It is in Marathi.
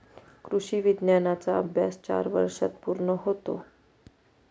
कृषी विज्ञानाचा अभ्यास चार वर्षांत पूर्ण होतो